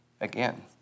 again